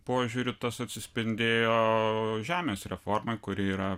požiūriu tas atsispindėjo žemės reformoj kuri yra